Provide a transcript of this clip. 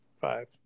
Five